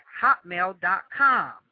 hotmail.com